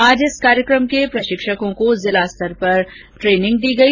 आज इस कार्यक्रम के प्रशिक्षकों को जिला स्तर पर ट्रेनिंग दी गई